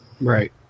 Right